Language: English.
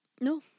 No